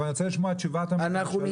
אני רוצה לשמוע את תשובת הממשלה,